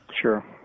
Sure